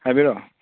ꯍꯥꯏꯕꯤꯔꯛꯑꯣ